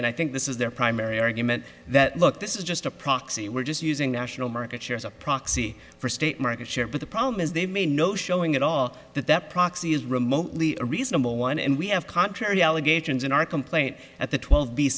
and i think this is their primary argument that look this is just a proxy we're just using national market share as a proxy for state market share but the problem is they may no showing at all that that proxy is remotely a reasonable one and we have contrary allegations in our complaint at the twelve b